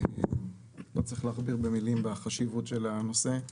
לא צריך להכביר מילים על חשיבות הנושא.